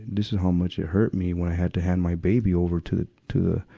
this is how much it hurt me when i had to hand my baby over to the, to the,